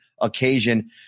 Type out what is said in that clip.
occasion